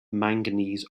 manganese